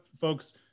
folks